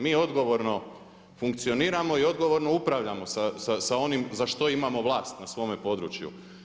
Mi odgovorno funkcioniramo i odgovorno upravljamo sa onim za što imamo vlast na svome području.